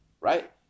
right